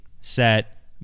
set